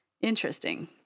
Interesting